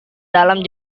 dalam